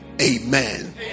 amen